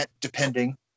depending